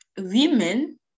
women